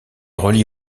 reliée